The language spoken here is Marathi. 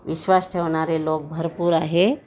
विश्वास ठेवणारे लोक भरपूर आहे